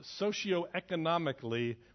socioeconomically